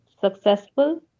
successful